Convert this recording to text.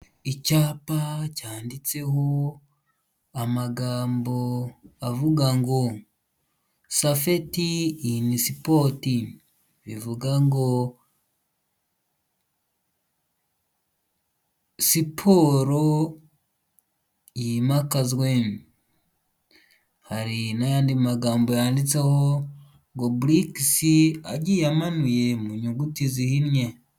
Icyapa cyanditseho amagambo avuga ngo safeti ini sipoti bivuga ngo siporo yimakazwe hari n'ayandi magambo yanditseho ngo buriisi yamanuye mu nyuguti zihinnye.